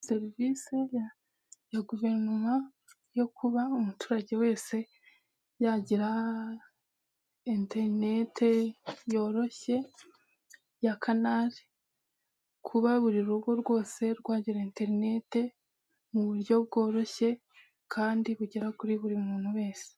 Serivisi ya guverinoma yo kuba umuturage wese yagira interinetE yoroshye ya kanari , kuba buri rugo rwose rwagira interinete mu buryo bworoshye kandi bugera kuri buri muntu wese.